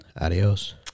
Adios